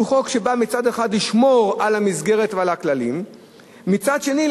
הוא חוק שמצד אחד בא לשמור על המסגרת ועל הכללים ומצד שני,